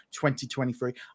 2023